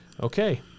Okay